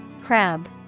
Crab